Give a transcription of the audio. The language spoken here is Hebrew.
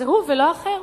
זה הוא ולא אחר.